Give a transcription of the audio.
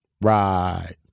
Right